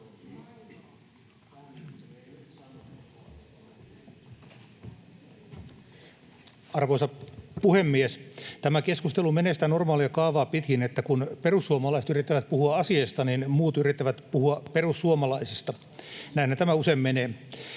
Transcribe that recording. Arvoisa puhemies! Tämä keskustelu menee pitkin sitä normaalia kaavaa, että kun perussuomalaiset yrittävät puhua asiasta, niin muut yrittävät puhua perussuomalaisista. Näinhän tämä usein menee.